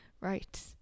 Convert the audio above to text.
right